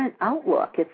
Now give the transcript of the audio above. outlook